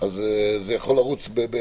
זה יכול לרוץ.